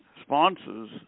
sponsors